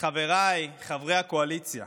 חבריי חברי הקואליציה,